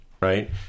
right